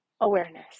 awareness